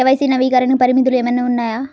KYC నవీకరణకి పరిమితులు ఏమన్నా ఉన్నాయా?